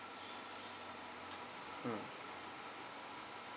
mm